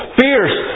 fierce